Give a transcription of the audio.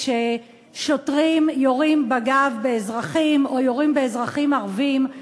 כששוטרים יורים בגב באזרחים או יורים באזרחים ערבים,